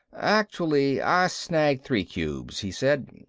actually i snagged three cubes, he said.